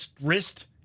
wrist